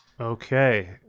okay